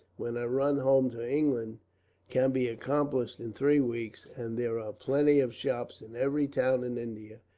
when a run home to england can be accomplished in three weeks, and there are plenty of shops, in every town in india,